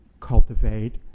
cultivate